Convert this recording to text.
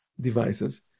devices